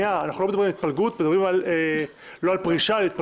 אנחנו לא מדברים על פרישה אלא על התפלגות.